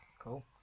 Cool